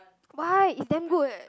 why it's damn good